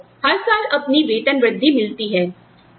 आपको हर साल अपनी वेतन वृद्धिमिलती है